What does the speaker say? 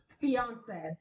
Fiance